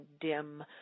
dim